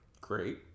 Great